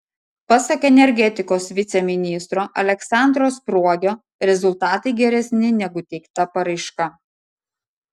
pasak energetikos viceministro aleksandro spruogio rezultatai geresni negu teikta paraiška